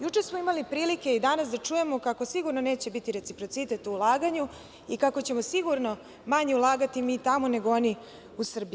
Juče i danas smo imali prilike da čujemo kako sigurno neće biti reciprocitet u ulaganju i kako ćemo sigurno manje ulagati mi tamo nego oni u Srbiji.